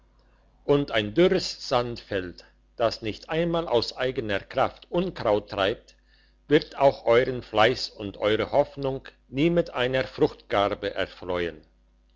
und ein dürres sandfeld das nicht einmal aus eigener kraft unkraut treibt wird auch euern fleiss und eure hoffnung nie mit einer fruchtgarbe erfreuen